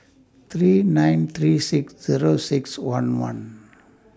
three nine three six Zero six one one